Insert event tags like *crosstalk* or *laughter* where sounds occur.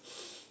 *noise*